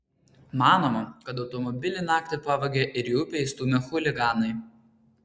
manoma kad automobilį naktį pavogė ir į upę įstūmė chuliganai